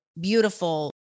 beautiful